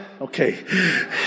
Okay